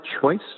choice